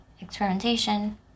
experimentation